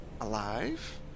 alive